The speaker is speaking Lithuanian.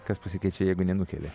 kas pasikeičia jeigu nenukeli